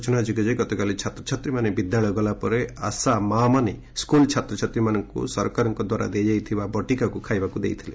ସୂଚନା ଯୋଗ୍ୟ ଯେ ଗତକାଲି ଛାତ୍ରଛାତ୍ରୀମାନେ ବିଦ୍ୟାଳୟ ଗଲାପରେ ଆଶା ମାମାନେ ସ୍କୁଲ୍ ଛାତ୍ରଛାତ୍ରୀମାନଙ୍କୁ ସରକାରଙ୍କ ଦ୍ୱାରା ଦିଆଯାଇଥିବ ବଟିକାକୁ ଖାଇବାକୁ ଦେଇଥିଲେ